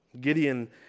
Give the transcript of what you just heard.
Gideon